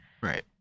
right